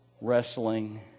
wrestling